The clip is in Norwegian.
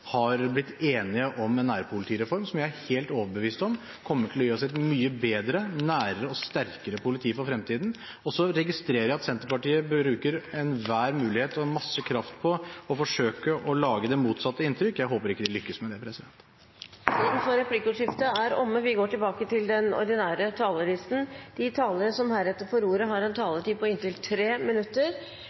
har blitt enige om en nærpolitireform, som jeg er helt overbevist om kommer til å gi oss et mye bedre, nærere og sterkere politi for fremtiden. Jeg registrerer at Senterpartiet bruker enhver mulighet og en masse kraft på å forsøke å lage det motsatte inntrykk. Jeg håper ikke de lykkes med det. Replikkordskiftet er omme. De talere som heretter får ordet, har en taletid på inntil 3 minutter.